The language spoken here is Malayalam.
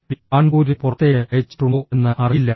ടി കാൺപൂരിന് പുറത്തേക്ക് അയച്ചിട്ടുണ്ടോ എന്ന് അറിയില്ല